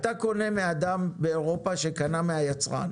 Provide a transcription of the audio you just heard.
אתה קונה מאדם באירופה שקנה מהיצרן